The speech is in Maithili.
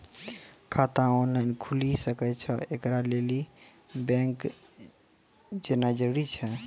खाता ऑनलाइन खूलि सकै यै? एकरा लेल बैंक जेनाय जरूरी एछि?